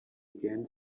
again